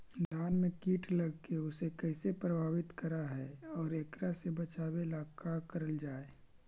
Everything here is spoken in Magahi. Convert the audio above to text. धान में कीट लगके उसे कैसे प्रभावित कर हई और एकरा से बचेला का करल जाए?